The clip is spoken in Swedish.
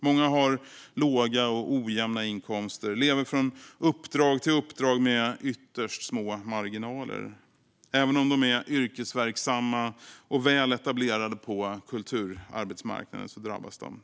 Många har låga och ojämna inkomster och lever från uppdrag till uppdrag med ytterst små marginaler. Även om de är yrkesverksamma och väl etablerade på kulturarbetsmarknaden drabbas de.